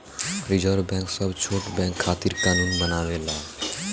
reserve bank सब छोट bank खातिर कानून बनावेला